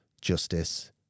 justice